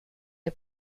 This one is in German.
der